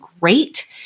great